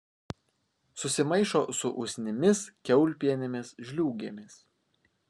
susimaišo su usnimis kiaulpienėmis žliūgėmis